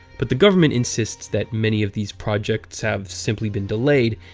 but the government insists that many of these projects have simply been delayed,